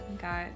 got